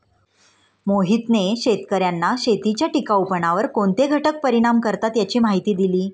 मोहितने शेतकर्यांना शेतीच्या टिकाऊपणावर कोणते घटक परिणाम करतात याची माहिती दिली